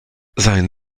sein